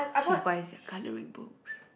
she buys their colouring books